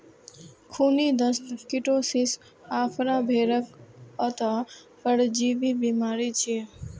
खूनी दस्त, कीटोसिस, आफरा भेड़क अंतः परजीवी बीमारी छियै